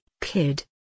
kid